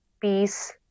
peace